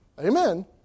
Amen